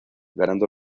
ganando